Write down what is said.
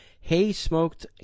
hay-smoked